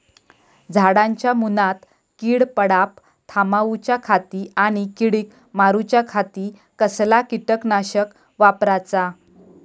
झाडांच्या मूनात कीड पडाप थामाउच्या खाती आणि किडीक मारूच्याखाती कसला किटकनाशक वापराचा?